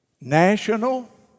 national